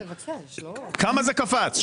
כמה זה קפץ,